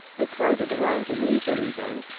they crowded around him eagerly then,